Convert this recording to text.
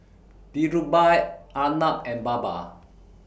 Dhirubhai Arnab and Baba